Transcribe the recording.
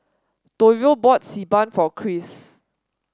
Toivo bought Xi Ban for Chris